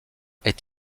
est